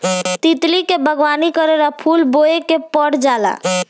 तितली के बागवानी करेला फूल बोए के पर जाला